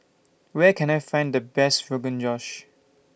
Where Can I Find The Best Rogan Josh